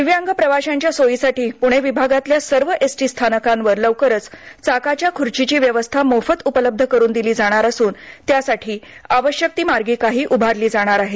दिव्यांग प्रवाशांच्या सोयीसाठी प्णे विभागातल्या सर्व एस टी स्थानकांवर लवकरच चाकाच्या ख्र्चीची व्यवस्था मोफत उपलब्ध करून दिली जाणार असून त्यासाठी आवश्यक ती मार्गिकाही उभारली जाणार आहे